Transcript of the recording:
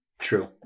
True